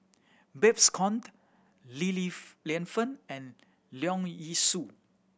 Babes Conde Li Li Lienfung and Leong Yee Soo